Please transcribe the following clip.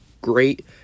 great